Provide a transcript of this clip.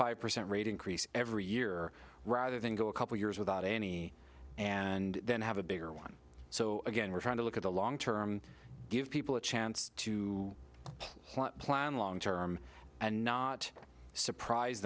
five percent rate increase every year rather than go a couple years without any and then have a bigger one so again we're trying to look at the long term give people a chance to plant plan long term and not surprise